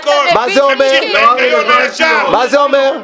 מה זה אומר?